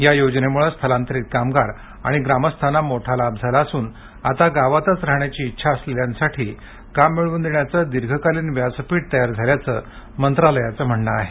या योजनेमुळे स्थलांतरित कामगार आणि ग्रामस्थांना मोठा लाभ झाला असून आता गावातच राहण्याची इच्छा असलेल्यांसाठी काम मिळवून देण्याचं दीर्घकालीन व्यासपीठ तयार झाल्याचं मंत्रालयाचं म्हणण आहे